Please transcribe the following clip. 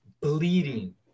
bleeding